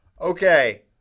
Okay